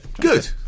Good